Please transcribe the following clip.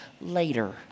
later